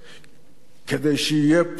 כדי שיהיה פה בסדר,